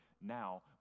now